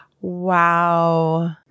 Wow